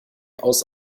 aus